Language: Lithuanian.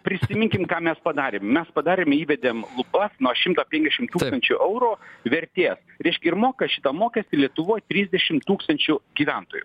prisiminkim ką mes padarėm mes padarėme įvedėm lubas nuo nuo šimto pendešim tūkstančių eurų vertės reiškia ir moka šitą mokestį lietuvoj trisdešim tūkstančių gyventojų